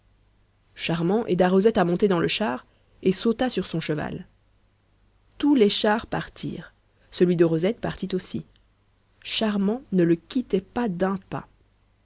charmant aida rosette à monter dans le char et sauta sur son cheval tous les chars partirent celui de rosette partit aussi charmant ne le quittait pas d'un pas